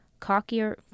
cockier